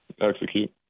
execute